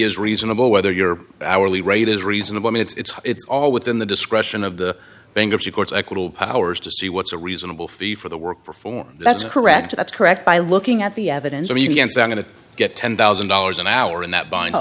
is reasonable whether your hourly rate is reasonable i mean it's it's all within the discretion of the bankruptcy courts equitable powers to see what's a reasonable fee for the work performed that's correct that's correct by looking at the evidence i mean yes i'm going to get ten thousand dollars an hour in that b